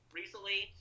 recently